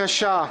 תודה רבה.